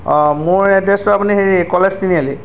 অঁ মোৰ এড্ৰেছটো আপুনি হেৰি কলেজ তিনিআলি